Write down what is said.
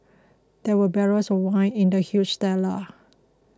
there were barrels of wine in the huge cellar